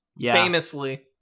Famously